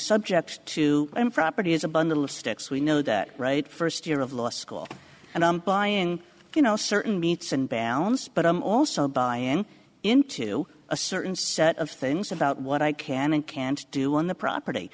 subject to i'm property is a bundle of sticks we know that right first year of law school and i'm buying you know certain meats and balance but i'm also buying into a certain set of things about what i can and can't do on the property